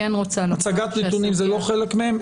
הצגת נתונים זה לא חלק מהם?